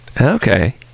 Okay